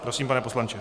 Prosím, pane poslanče.